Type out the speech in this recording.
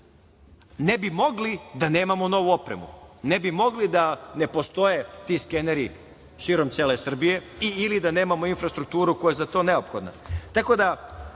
Ne bi mogli da nemamo novu opremu, ne bi mogli da ne postoje ti skeneri širom cele Srbije ili da nemamo infrastrukturu koja je za to neophodna. Tako da,